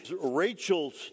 Rachel's